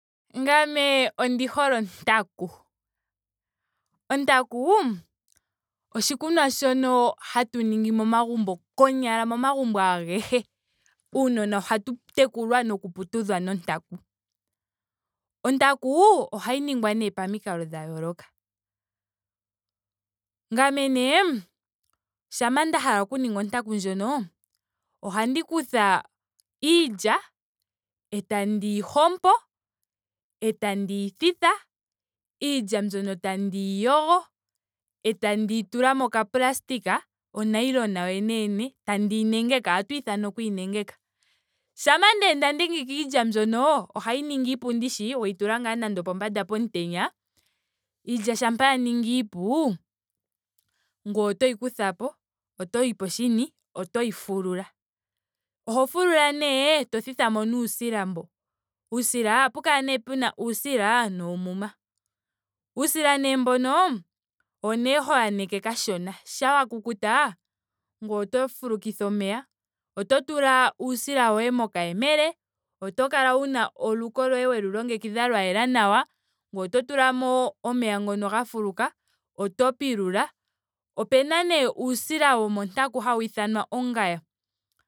Ngame ondi hole ontaku. onatku oshikunwa shono hatu ningi momagumbo konyala momagumbo ahege. Uunona ohatu tekulwa noku putudhwa nontaku. Ontaku ohayi ningwa nee pamikalo dha yooloka. Ngame nee shampa nda hala okuninga ontaku ndjono. ohandi kutha iilya. etandi yi hompo. etandi yi thitha. iilya mbyono etandi hyi yogo. etandi yi tula moka plastic. o nayoilona yoyene yene etandiyi nengeko. ohatuyi ithana okuyi nengeka. Shampa nee nda nengeke iilya mbyono. ohayi ningi iipu ndishi. weyi tula ngaa nando opombanda pomutenya. iilya shampa ya ningi iipu. ngoye otoyi kuthapo. otoyi poshini. otoyi fulula. Oho fulula nee eto thithamo nee uusila mbo. Uusila. ohapu kala nee pena uusila noomuma. Uusila nee mbono. owo nee ho aneke kashona. Shampa wa kukuta. ngoye oto fukitha omeya. oto tula uusila woye mokayemele. oto kala wuna oluko loye wlu longekidha lwa yela nawa. ngoye oto tulamo omeya ngono ga fuluka. oto pilula. Opuna nee uusila womontaku hawu ithanwa ongaya